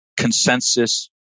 consensus